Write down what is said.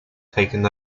taken